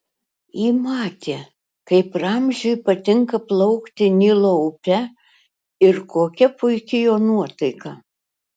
ji matė kaip ramziui patinka plaukti nilo upe ir kokia puiki jo nuotaika